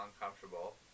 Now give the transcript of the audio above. uncomfortable